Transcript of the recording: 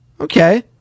Okay